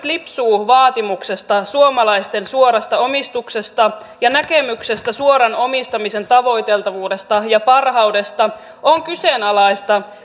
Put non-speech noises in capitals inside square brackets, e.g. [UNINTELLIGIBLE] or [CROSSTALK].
[UNINTELLIGIBLE] lipsuu vaatimuksestaan suomalaisten suorasta omistuksesta ja näkemyksestään suoran omistamisen tavoiteltavuudesta ja parhaudesta on kyseenalaista [UNINTELLIGIBLE]